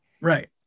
Right